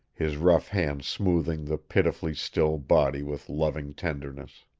his rough hands smoothing the pitifully still body with loving tenderness.